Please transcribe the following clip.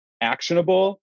actionable